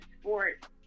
sport